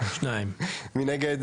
מי נגד?